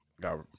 Got